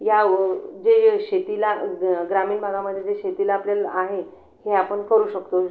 यावर जे शेतीला ग ग्रामीण भागामधे जे शेतीला आपल्याला आहे हे आपण करू शकतो